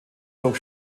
zog